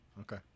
Okay